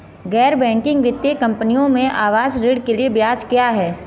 गैर बैंकिंग वित्तीय कंपनियों में आवास ऋण के लिए ब्याज क्या है?